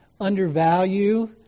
undervalue